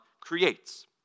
creates